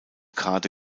karte